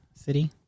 City